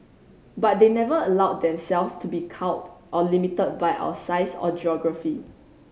but they never allowed themselves to be cowed or limited by our size or geography